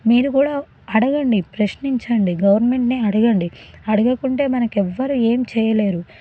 మీరు కూడా అడగండి ప్రశ్నించండి గవర్నమెంట్ని అడగండి అడగకుంటే మనకు ఎవ్వరు ఏం చేయలేరు